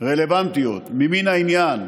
רלוונטיות ממין העניין,